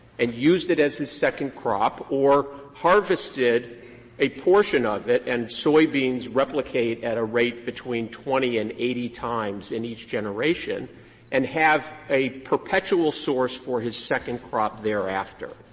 and used it as his second crop, or harvested a portion of it and soybeans replicate at a rate between twenty and eighty times in each generation and have a perpetual source for his second crop thereafter.